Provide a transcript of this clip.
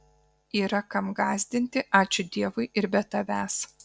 yra kam gąsdinti ačiū dievui ir be tavęs